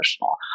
emotional